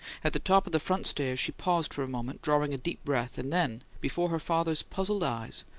at the top of the front stairs she paused for a moment, drawing a deep breath and then, before her father's puzzled eyes,